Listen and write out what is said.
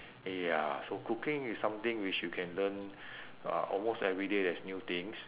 ya so cooking is something which you can learn uh almost every day there is new things